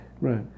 Right